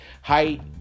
height